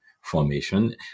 formation